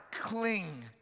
cling